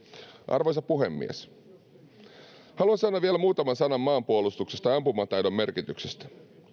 arvoisa puhemies haluan sanoa vielä muutaman sanan maanpuolustuksesta ja ampumataidon merkityksestä nykyaikaisessa